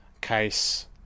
case